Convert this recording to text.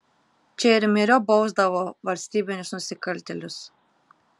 čia ir myriop bausdavo valstybinius nusikaltėlius